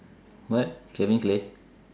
what can we play